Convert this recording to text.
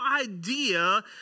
idea